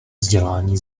vzdělání